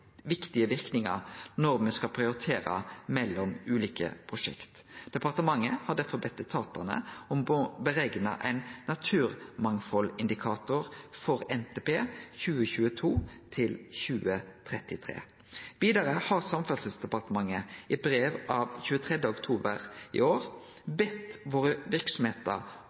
viktige verknader når me skal prioritere mellom ulike prosjekt. Departementet har derfor bedt etatane om å berekne ein naturmangfaldindikator for NTP 2022–2033. Vidare har Samferdselsdepartementet i brev av 23. oktober i år bedt verksemdene våre